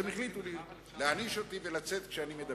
אז הם החליטו להעניש אותי ולצאת כשאני מדבר.